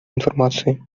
информации